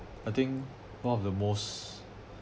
I think one of the most